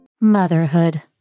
Motherhood